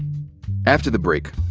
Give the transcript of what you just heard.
after the break,